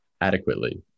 adequately